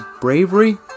bravery